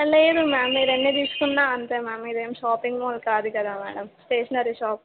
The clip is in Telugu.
లేదు మ్యామ్ మీరు ఎన్ని తీసుకున్నా అంతే మ్యామ్ ఇదేం షాపింగ్ మాల్ కాదు కదా మ్యాడమ్ స్టేషనరీ షాప్